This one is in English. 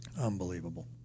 Unbelievable